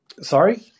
Sorry